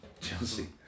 Chelsea